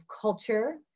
culture